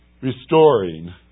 restoring